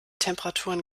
temperaturen